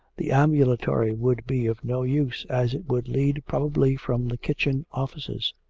the ambulatory would be of no use, as it would lead probably from the kitchen offices.